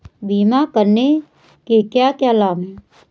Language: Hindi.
बीमा करने के क्या क्या लाभ हैं?